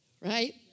right